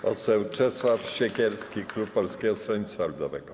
Poseł Czesław Siekierski, klub Polskiego Stronnictwa Ludowego.